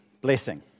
Blessing